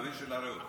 באוויר של הריאות.